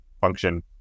function